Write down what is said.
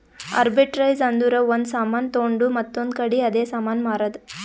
arbitrage ಅಂದುರ್ ಒಂದ್ ಸಾಮಾನ್ ತೊಂಡು ಮತ್ತೊಂದ್ ಕಡಿ ಅದೇ ಸಾಮಾನ್ ಮಾರಾದ್